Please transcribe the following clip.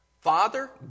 Father